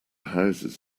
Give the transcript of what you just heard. houses